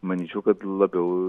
manyčiau kad labiau